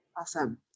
Awesome